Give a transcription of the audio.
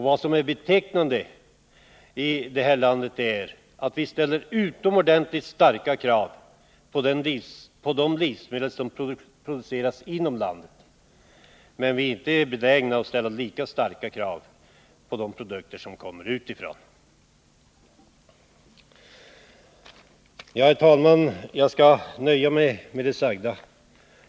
Vad som är betecknande för vårt land i det här avseendet är att vi ställer utomordentligt starka krav på de livsmedel som produceras inom landet, men vi är inte benägna att ställa lika starka krav på de produkter som kommer utifrån. Herr talman! Jag skall nöja mig med det sagda.